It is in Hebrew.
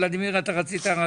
ולדימיר, אתה רצית?